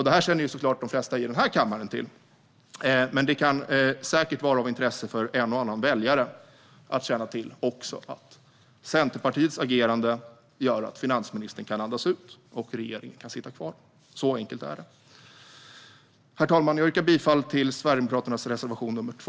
Det här känner så klart de flesta här i kammaren till, men det kan säkert också vara av intresse för en och annan väljare att känna till att Centerpartiets agerande gör att finansministern kan andas ut och att regeringen därför kan sitta kvar. Så enkelt är det. Herr talman! Jag yrkar bifall till Sverigedemokraternas reservation nr 2.